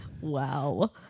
Wow